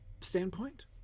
standpoint